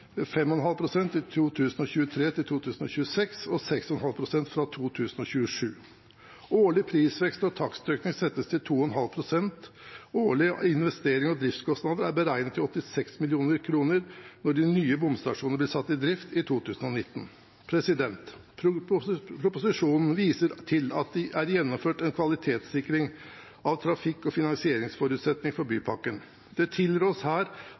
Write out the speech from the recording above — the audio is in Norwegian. takstøkning settes til 2,5 pst. Årlige innkrevings- og driftskostnader er beregnet til 86 mill. kr når de nye bomstasjonene blir satt i drift i 2019. Proposisjonen viser til at det er gjennomført en kvalitetssikring av trafikk- og finansieringsforutsetningene for bypakken. Det tilrås her